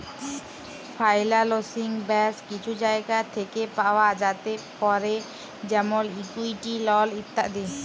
ফাইলালসিং ব্যাশ কিছু জায়গা থ্যাকে পাওয়া যাতে পারে যেমল ইকুইটি, লল ইত্যাদি